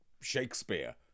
Shakespeare